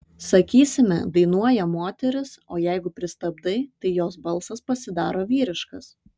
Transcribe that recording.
sakysime dainuoja moteris o jeigu pristabdai tai jos balsas pasidaro vyriškas